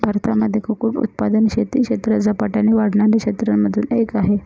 भारतामध्ये कुक्कुट उत्पादन शेती क्षेत्रात झपाट्याने वाढणाऱ्या क्षेत्रांमधून एक आहे